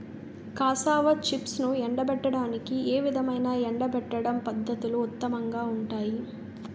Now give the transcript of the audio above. Cassava చిప్స్ను ఎండబెట్టడానికి ఏ విధమైన ఎండబెట్టడం పద్ధతులు ఉత్తమంగా ఉంటాయి?